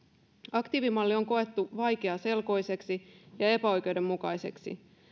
aktiivimalli on koettu vaikeaselkoiseksi ja epäoikeudenmukaiseksi